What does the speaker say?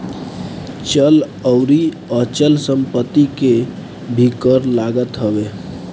चल अउरी अचल संपत्ति पे भी कर लागत हवे